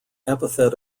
epithet